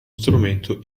strumento